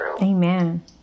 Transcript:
Amen